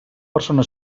persona